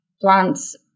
plants